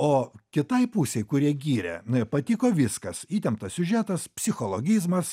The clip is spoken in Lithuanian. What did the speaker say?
o kitai pusei kurie gyrė patiko viskas įtemptas siužetas psichologizmas